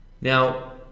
now